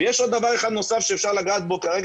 ויש עוד דבר אחד נוסף שאפשר לגעת בו כרגע